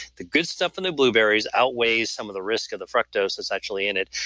the good stuff in the blueberries outweighs some of the risk of the fructose that's actually in it.